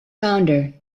founder